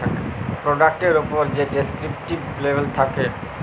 পরডাক্টের উপ্রে যে ডেসকিরিপ্টিভ লেবেল থ্যাকে